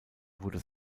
wurde